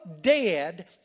dead